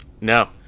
no